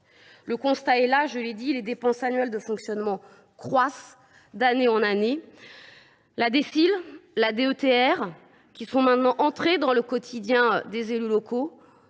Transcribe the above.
Le constat est là, je l’ai dit : les dépenses annuelles de fonctionnement croissent d’année en année. La DSIL et la DETR, désormais entrées dans le quotidien des élus locaux,